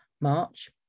March